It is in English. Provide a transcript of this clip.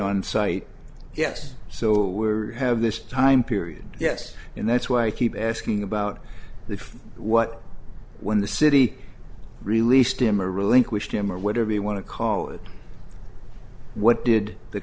on site yes so we're have this time period yes and that's why i keep asking about the what when the city released him or relinquished him or whatever you want to call it what did the